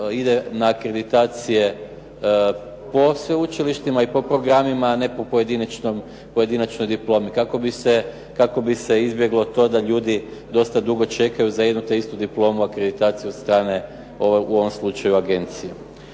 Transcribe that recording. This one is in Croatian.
ide na akreditacije po sveučilištima i po programima, a ne po pojedinačnoj diplomi kako bi se izbjeglo to da ljudi dosta dugo čekaju za jednu te istu diplomu, akreditaciju od strane u ovom slučaju agencije.